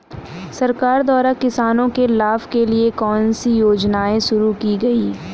सरकार द्वारा किसानों के लाभ के लिए कौन सी योजनाएँ शुरू की गईं?